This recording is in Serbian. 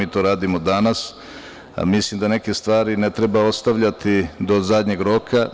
Mi to radimo danas, a mislim da neke stvari ne treba ostavljati do zadnjeg roka.